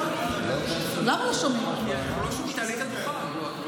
לא שומעים אותך, תעלי את הדוכן.